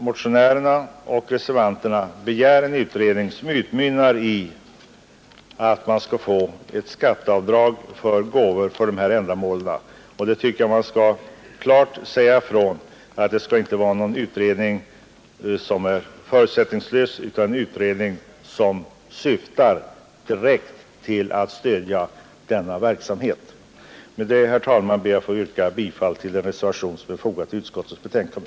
Motionärerna och vi reservanter begär en utredning som utmynnar i att man skall få ett skatteavdrag för gåvor för de här ändamålen, och jag tycker att det klart skall sägas ifrån, att det skall inte vara någon utredning som är förutsättningslös utan en utredning som direkt syftar till att stödja denna verksamhet. Med detta, herr talman, ber jag att få yrka bifall till den reservation som är fogad till utskottets betänkande.